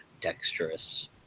dexterous